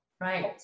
Right